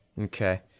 Okay